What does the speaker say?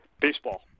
Baseball